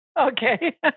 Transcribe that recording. Okay